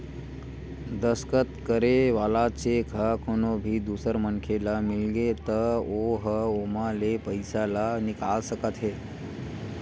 दस्कत करे वाला चेक ह कोनो भी दूसर मनखे ल मिलगे त ओ ह ओमा ले पइसा ल निकाल सकत हे